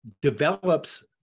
develops